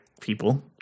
people